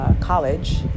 College